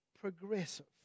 progressive